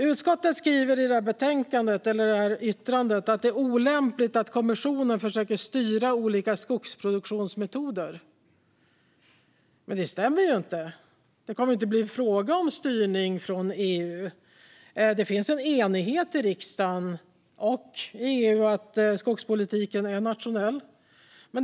Utskottet skriver i utlåtandet att det är olämpligt att kommissionen försöker styra olika skogsproduktionsmetoder. Men det stämmer ju inte. Det kommer inte att bli fråga om styrning från EU. Det finns en enighet i riksdagen och i EU om att skogspolitiken är nationell.